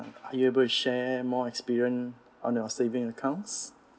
are you able to share more experience on your saving accounts